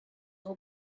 will